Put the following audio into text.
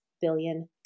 billion